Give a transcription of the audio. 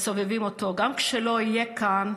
הוא אמר לסובבים אותו: גם כשלא אהיה כאן,